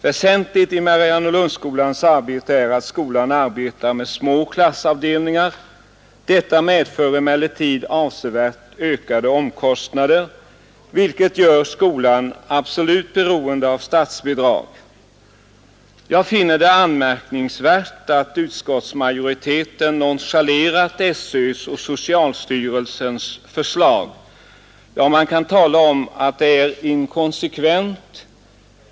Väsentligt för Mariannelundsskolans arbete är att den arbetar med små klassavdelningar. Detta medför emellertid avsevärt ökade omkostnader vilka gör skolan absolut beroende av statsbidrag. Jag finner det anmärkningsvärt att utskottsmajoriteten nonchalerat SÖ:s och socialstyrelsens förslag — ja, man kan säga att det är inkonsekvent.